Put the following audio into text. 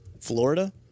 Florida